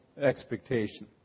expectation